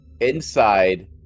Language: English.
Inside